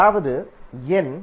அதாவது எண்